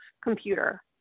computer